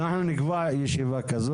אנחנו נקבע ישיבה כזאת.